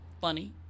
funny